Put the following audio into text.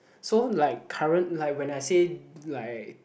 so like current like when I say like